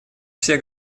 все